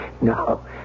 No